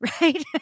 right